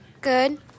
Good